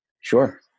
Sure